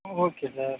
ಹಾಂ okay sir